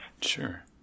Sure